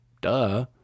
Duh